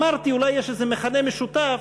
אמרתי, אולי יש איזה מכנה משותף